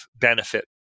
benefit